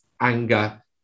anger